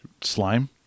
Slime